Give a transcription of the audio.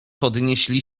podnieśli